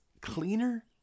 cleaner